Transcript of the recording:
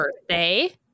birthday